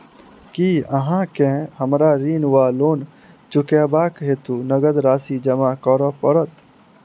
की अहाँ केँ हमरा ऋण वा लोन चुकेबाक हेतु नगद राशि जमा करऽ पड़त?